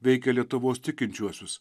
veikia lietuvos tikinčiuosius